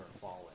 fallen